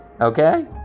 Okay